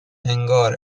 انگار